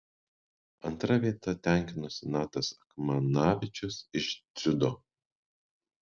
antra vieta tenkinosi natas akmanavičius iš dziudo